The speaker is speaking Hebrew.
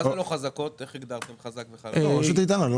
איך הגדרתם רשות איתנה?